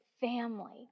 family